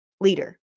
leader